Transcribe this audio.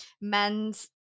men's